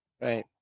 Right